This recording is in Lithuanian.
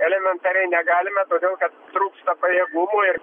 elementariai negalime todėl kad trūksta pajėgumų ir